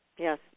Yes